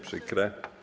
Przykre.